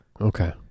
Okay